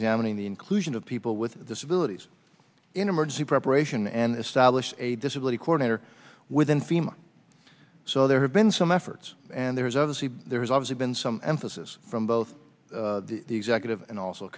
examining the inclusion of people with disabilities in emergency preparation and establish a disability corner within fim so there have been some efforts and there's obviously there's obviously been some emphasis from both the executive and also